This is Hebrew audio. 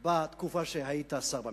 בתקופה שהיית שר בממשלה.